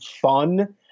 fun